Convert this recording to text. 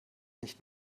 nicht